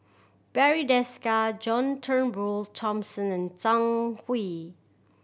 Barry Desker John Turnbull Thomson and Zhang Hui